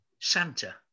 Santa